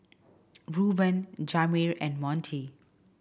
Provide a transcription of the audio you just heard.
Reuben Jamir and Montie